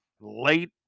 late